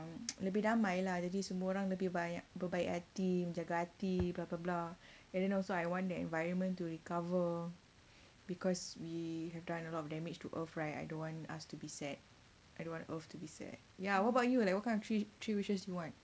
lebih ramai lah jadi semua orang lebih baik hati menjaga hati blah blah blah and then also I want the environment to recover because we have done a lot of damage to earth right I don't want us to be sad I don't want earth to be sad ya what about you like what kind of three three wishes do you want